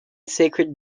sacred